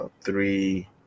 three